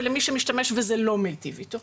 ולמי שמשמש וזה לא מיטיב איתו.